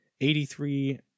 eighty-three